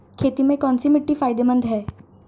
खेती में कौनसी मिट्टी फायदेमंद है?